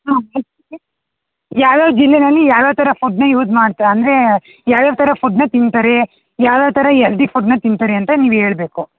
ಹಾಂ ಯಾವ್ಯಾವ ಜಿಲ್ಲೆಯಲ್ಲಿ ಯಾವ್ಯಾವ ಥರ ಫುಡ್ಡನ್ನ ಯೂಸ್ ಮಾಡ್ತಾ ಅಂದರೆ ಯಾವ್ಯಾವ ಥರ ಫುಡ್ಡನ್ನ ತಿಂತಾರೆ ಯಾವ್ಯಾವ ಥರ ಈ ಎಲ್ದಿ ಫುಡ್ಡನ್ನ ತಿಂತಾರೆ ಅಂತ ನೀವು ಹೇಳ್ಬೇಕು